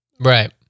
Right